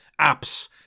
apps